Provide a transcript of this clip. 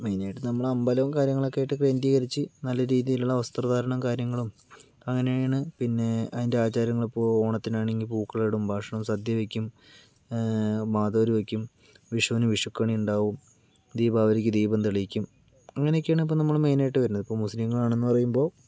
മെയിനായിട്ട് നമ്മളമ്പലം കാര്യങ്ങളൊക്കെ ആയിട്ട് കേന്ദ്രീകരിച്ച് നല്ല രീതിയിലുള്ള വസ്ത്രധാരണ കാര്യങ്ങളും അങ്ങനെയാണ് പിന്നെ അതിൻ്റെ ആചാരങ്ങള് ഇപ്പോൾ ഓണത്തിന് ആണെങ്കി പൂക്കളം ഇടും ഭക്ഷണം സദ്യ കഴിക്കും മാതോരുവയ്ക്കും വിഷുവിന് വിഷുക്കണി ഇണ്ടാവും ദീപാവലിക്ക് ദീപം തെളിയിക്കും അങ്ങനെയൊക്കെയാണ് ഇപ്പോൾ നമ്മള് മെയിനായിട്ട് വരുന്നത് ഇപ്പോൾ മുസ്ലിങ്ങൾ ആണെന്ന് പറയുമ്പോൾ